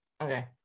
Okay